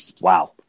Wow